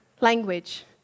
language